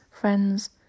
friends